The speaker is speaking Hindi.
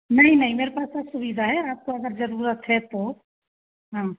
नहीं नहीं मेरे पास सब सुविधा है आपको अगर ज़रूरत है तो हाँ